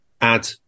add